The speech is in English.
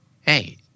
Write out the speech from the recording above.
Hey